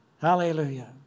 Hallelujah